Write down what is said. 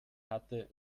hatte